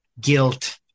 guilt